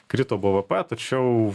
krito bvp tačiau